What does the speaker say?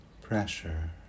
pressure